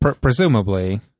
presumably